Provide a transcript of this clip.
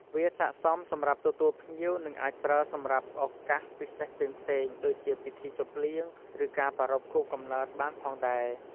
វាស័ក្ដិសមសម្រាប់ទទួលភ្ញៀវនិងអាចប្រើសម្រាប់ឱកាសពិសេសផ្សេងៗ ដូចជាពិធីជប់លៀង ឬការប្រារព្ធខួបកំណើតបានផងដែរ។